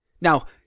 Now